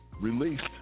released